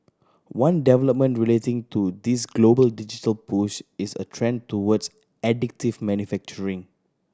one development relating to this global digital push is a trend towards additive manufacturing